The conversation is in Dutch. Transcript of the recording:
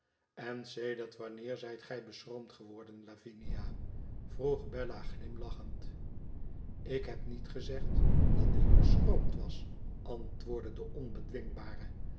n sedert wanneer zijt gij beschroomd geworden lavinia p vroeg bella glimlachend ik heb niet gezegd dat ik beschroomd was antwoordde de onbedwingbare